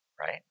Right